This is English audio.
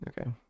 Okay